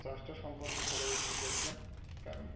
চাষটা সম্পর্কে সবাই একটু দেখবেন কারণ